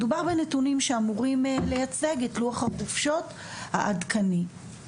מדובר בנתונים שאמורים לייצג את לוח החופשות העדכני.